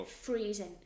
freezing